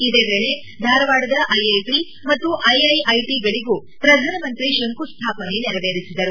ಇದೇ ವೇಳೆ ಧಾರವಾಡದ ಐಐಟ ಮತ್ತು ಐಐಐಟಿಗಳಿಗೂ ಪ್ರಧಾನಮಂತ್ರಿ ಶಂಕುಸ್ಥಾಪನೆ ನೆರವೇರಿಸಿದರು